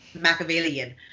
Machiavellian